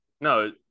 no